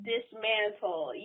Dismantle